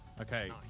Okay